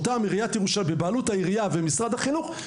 שבבעלות העירייה ומשרד החינוך,